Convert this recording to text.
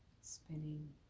spinning